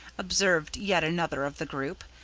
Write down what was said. observed yet another of the group.